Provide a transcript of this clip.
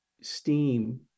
STEAM